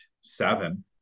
seven